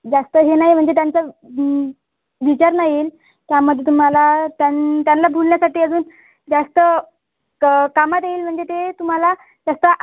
जास्त हे नाही म्हणजे त्यांचा विचार नाही येईल त्यामध्ये तुम्हाला त्यां त्यांना भुलण्यासाठी अजून जास्त क कामात येईल म्हणजे ते तुम्हाला जास्त